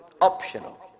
optional